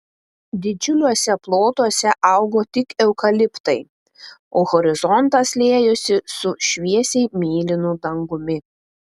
didžiuliuose plotuose augo tik eukaliptai o horizontas liejosi su šviesiai mėlynu dangumi